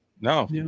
no